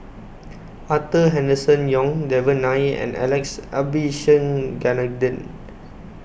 Arthur Henderson Young Devan Nair and Alex Abisheganaden